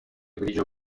grigio